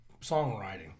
songwriting